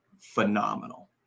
phenomenal